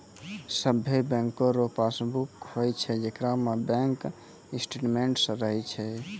सभे बैंको रो पासबुक होय छै जेकरा में बैंक स्टेटमेंट्स रहै छै